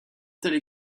telle